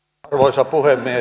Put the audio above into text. arvoisa puhemies